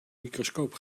microscoop